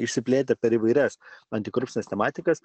išsiplėtę per įvairias antikorupcines tematikas